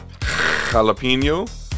jalapeno